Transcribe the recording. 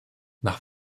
nach